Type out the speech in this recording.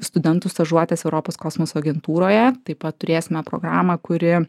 studentų stažuotes europos kosmoso agentūroje taip pat turėsime programą kuri